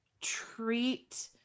treat